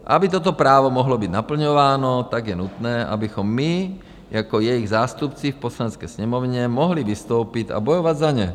Aby toto právo mohlo být naplňováno, tak je nutné, abychom my jako jejich zástupci v Poslanecké sněmovně mohli vystoupit a bojovat za ně.